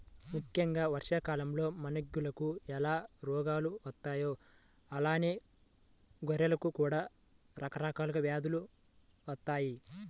ముక్కెంగా వర్షాకాలంలో మనుషులకు ఎలా రోగాలు వత్తాయో అలానే గొర్రెలకు కూడా రకరకాల వ్యాధులు వత్తయ్యి